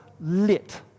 lit